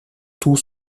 tous